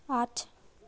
आठ